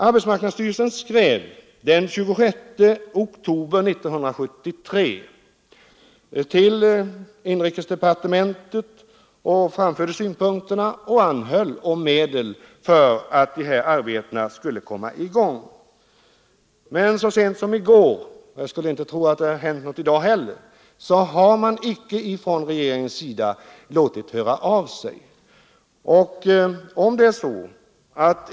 Arbetsmarknadsstyrelsen skrev den 26 oktober 1973 till inrikesdepartementet och anhöll om medel för att dessa arbeten skulle kunna komma i gång. Så sent som i går hade regeringen icke låtit höra av sig, och jag skulle inte tro att det har hänt något i dag heller.